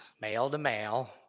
male-to-male